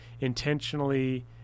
intentionally